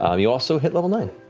um you also hit level nine.